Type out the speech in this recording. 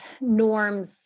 norms